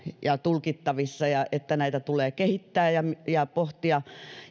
ja tulkittavissa ja että näitä tulee kehittää ja pohtia